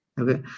okay